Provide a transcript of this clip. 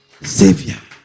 Savior